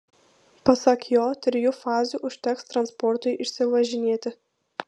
pasak jo trijų fazių užteks transportui išsivažinėti